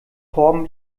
torben